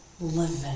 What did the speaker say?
living